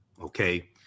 okay